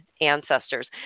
ancestors